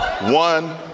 One